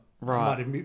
Right